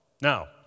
Now